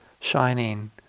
shining